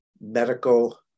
medical